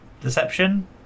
Deception